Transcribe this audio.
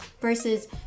versus